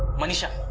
manisha